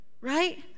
right